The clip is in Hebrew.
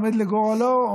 עומד לגורלו,